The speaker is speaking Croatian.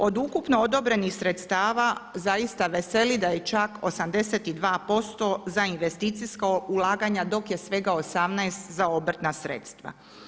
Od ukupno odobrenih sredstava zaista veseli da je čak 82% za investicijska ulaganja dok je svega 18 za obrtna sredstva.